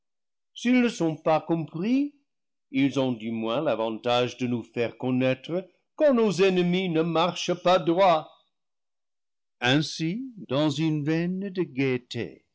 s'ils ne sont pas compris ils ont du moins l'avantage de nous faire connaître quand nos ennemis ne marchent pas droit ainsi dans une veine de gaieté